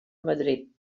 madrid